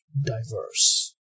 diverse